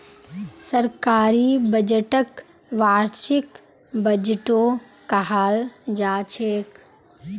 सरकारी बजटक वार्षिक बजटो कहाल जाछेक